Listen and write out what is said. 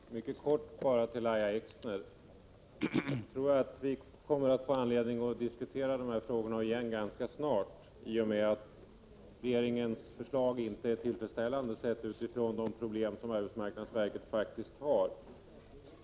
Herr talman! Mycket kort till Lahja Exner: Jag tror att vi kommer att få anledning att diskutera de här frågorna igen ganska snart i och med att regeringens förslag inte är tillfredsställande sett utifrån de problem som arbetsmarknadsverket faktiskt har.